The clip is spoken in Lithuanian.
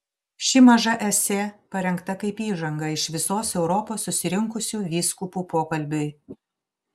ši maža esė parengta kaip įžanga iš visos europos susirinkusių vyskupų pokalbiui